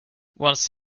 once